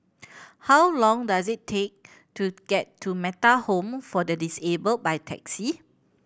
how long does it take to get to Metta Home for the Disabled by taxi